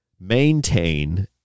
maintain